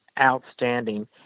outstanding